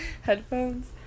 headphones